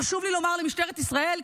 חשוב לי לומר למשטרת ישראל,